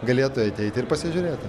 galėtų ateiti ir pasižiūrėti